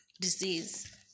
disease